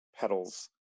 petals